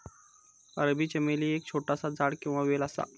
अरबी चमेली एक छोटासा झाड किंवा वेल असा